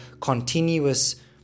continuous